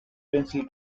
pencil